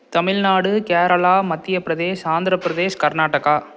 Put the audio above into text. Tamil Nadu Kerala Madhya Pradesh Andhra Pradesh Karnataka